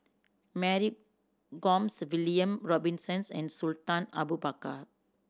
Mary Gomes William Robinsons and Sultan Abu Bakar